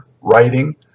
writing